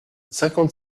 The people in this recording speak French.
cinquante